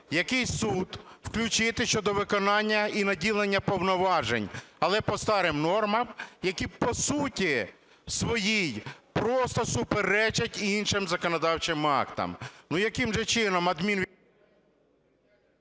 який суд включити щодо виконання і наділення повноважень, але по старим нормам, які по суті своїй просто суперечать іншим законодавчим актам. Ну, яким же чином...